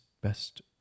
best